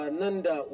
nanda